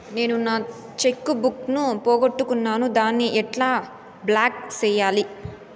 నేను నా cheque book ను పోగొట్టుకున్నాను దాన్ని ఎట్లా బ్లాక్ సేయాలి?